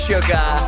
Sugar